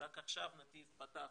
רק עכשיו נתיב פתח,